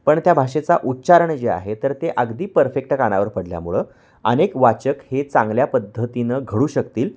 पण त्या भाषेचा उच्चारण जे आहे तर ते अगदी परफेक्ट कानावर पडल्यामुळं अनेक वाचक हे चांगल्या पद्धतीनं घडू शकतील